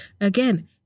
Again